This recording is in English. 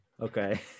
Okay